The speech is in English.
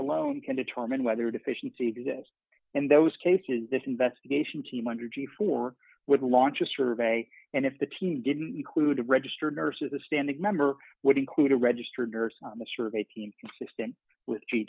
alone can determine whether deficiency exist in those cases this investigation team under g four would launch a survey and if the team didn't include registered nurses the standing member would include a registered nurse in the survey team extent with t